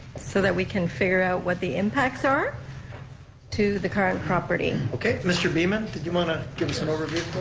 so that we can figure out what the impacts are to the current property. okay, mr. beaman, did you want to give some overview?